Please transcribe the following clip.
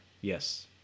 Yes